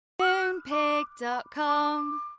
Moonpig.com